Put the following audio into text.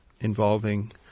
involving